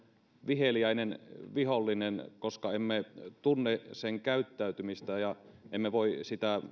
viheliäinen vihollinen koska emme tunne sen käyttäytymistä ja emme voi sitä